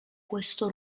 questo